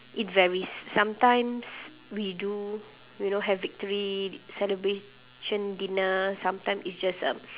it varies sometimes we do you know have victory celebration dinner sometimes it's just um